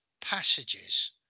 passages